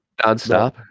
Nonstop